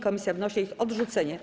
Komisja wnosi o ich odrzucenie.